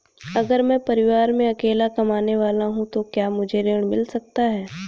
अगर मैं परिवार में अकेला कमाने वाला हूँ तो क्या मुझे ऋण मिल सकता है?